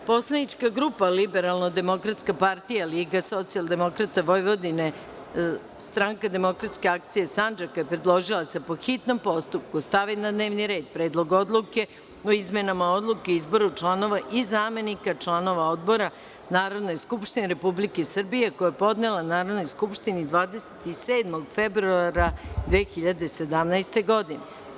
Poslanička grupa Liberalno-demokratska partija – Liga socijaldemokrata Vojvodine – SDA Sandžaka je predložila da se po hitnom postupku stavi na dnevni red Predlog odluke o izmenama Odluke o izboru članova i zamenika članova odbora Narodne skupštine Republike Srbije, koji je podnela Narodnoj skupštini 27. februara 2017. godine.